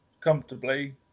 comfortably